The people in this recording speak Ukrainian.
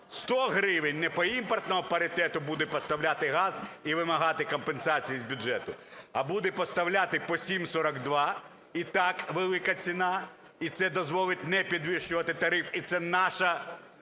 100 гривень, не по імпортному паритету буде поставляти газ і вимагати компенсації з бюджету, а буде поставляти по 7,42 і так велика ціна, і це дозволить не підвищувати тариф, і це наша